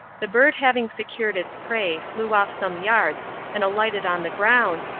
the bird having secured its prey flew off some yards and alighted on the ground,